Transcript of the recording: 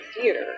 theater